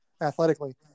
athletically